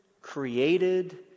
created